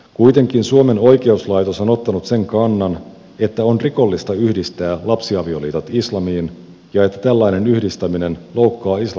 kuitenkin suomen oikeuslaitos on ottanut sen kannan että on rikollista yhdistää lapsiavioliitot islamiin ja että tällainen yhdistäminen loukkaa islamin pyhiä arvoja